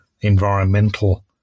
environmental